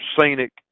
scenic